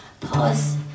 Pause